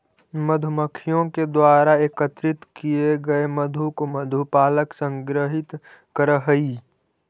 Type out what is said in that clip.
मधुमक्खियों द्वारा एकत्रित किए गए मधु को मधु पालक संग्रहित करअ हई